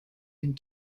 and